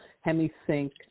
hemi-sync